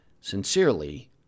Sincerely